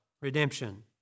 redemption